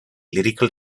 lyrical